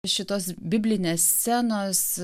šitos biblinės scenos